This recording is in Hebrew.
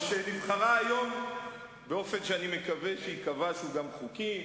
שנבחרה היום באופן שאני מקווה שייקבע שהוא גם חוקי,